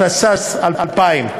התש"ס 2000,